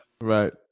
Right